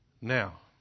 Now